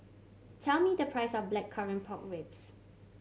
tell me the price of Blackcurrant Pork Ribs